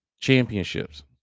championships